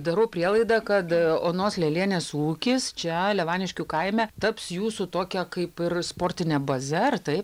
darau prielaidą kad onos lialienės ūkis čia levaniškių kaime taps jūsų tokia kaip ir sportine baze ar taip